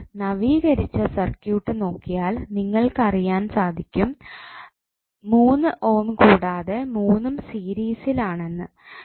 അപ്പോൾ നവീകരിച്ച സർക്യൂട്ട് നോക്കിയാൽ നിങ്ങൾക്ക് അറിയാൻ സാധിക്കും 3 ഓം കൂടാതെ മൂന്നും സീരീസിൽ ആണെന്ന്